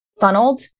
funneled